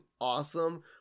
awesome